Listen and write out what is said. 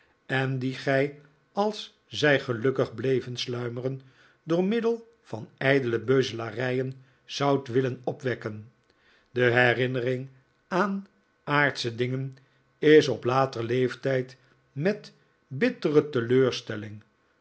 en die gij als zij gelukkig bleven sluimeren door middel van ijdele beuzelarijen zoudt willen opwekken de herinnering aan aardsche dingen is op later leeftijd met bittere teleurstelling